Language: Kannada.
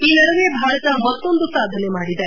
ಈ ನಡುವೆ ಭಾರತ ಮತ್ತೊಂದು ಸಾಧನೆ ಮಾಡಿದೆ